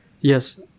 yes